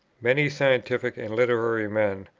many scientific and literary men,